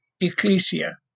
ecclesia